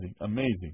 amazing